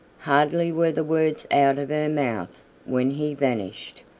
hardly were the words out of her mouth when he vanished,